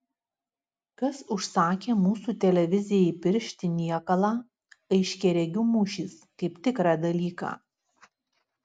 kas užsakė mūsų televizijai piršti niekalą aiškiaregių mūšis kaip tikrą dalyką